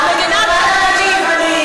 את מגינה על שקרנים.